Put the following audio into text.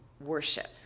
worship